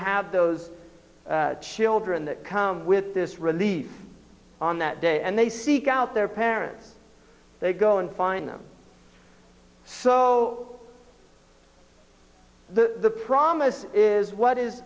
have those children that come with this relief on that day and they seek out their parents they go and find them so the promise is what is